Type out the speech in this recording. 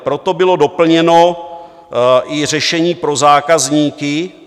Proto bylo doplněno i řešení pro zákazníky.